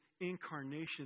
incarnation